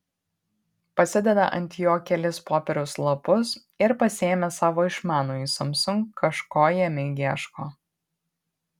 pasideda ant jo kelis popieriaus lapus ir pasiėmęs savo išmanųjį samsung kažko jame ieško